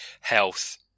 health